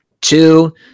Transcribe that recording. Two